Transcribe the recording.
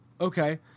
Okay